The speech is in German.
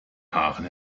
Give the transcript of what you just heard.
haaren